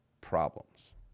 problems